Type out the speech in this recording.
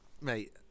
Mate